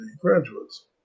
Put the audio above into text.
graduates